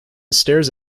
stares